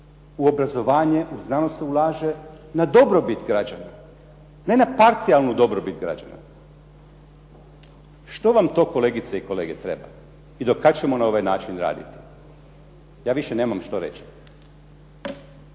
U obrazovanje, u znanost se ulaže na dobrobit građana. Ne na parcijalnu dobrobit građana. Što vam to kolegice i kolege treba? I dokad ćemo na ovaj način raditi? Ja više nemam što reći.